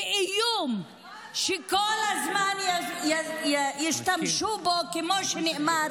ואיום שכל הזמן ישתמשו בו, כמו שנאמר,